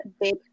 big